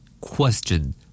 Question